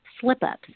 slip-ups